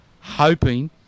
hoping